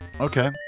Okay